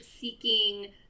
seeking